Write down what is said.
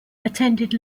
attended